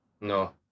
No